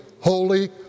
Holy